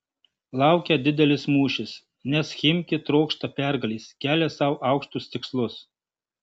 laukia didelis mūšis nes chimki trokšta pergalės kelia sau aukštus tikslus